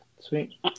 Sweet